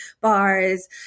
bars